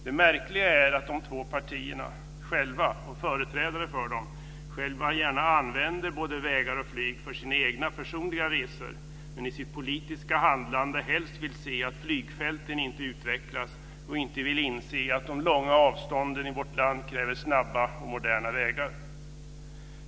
Det märkliga är att företrädare för dessa två partier själva gärna använder både vägar och flyg för sina egna resor men i sitt politiska handlande helst vill se att flygfälten inte utvecklas och inte vill inse att de långa avstånden i vårt land kräver snabba och moderna vägar.